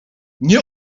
nie